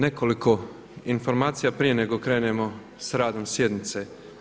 Nekoliko informacija prije nego krenemo sa radom sjednice.